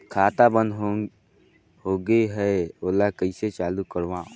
खाता बन्द होगे है ओला कइसे चालू करवाओ?